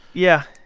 yeah,